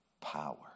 power